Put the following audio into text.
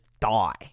die